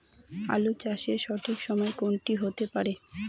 আলু চাষের সঠিক সময় কোন টি হতে পারে?